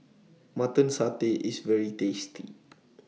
Mutton Satay IS very tasty